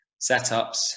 setups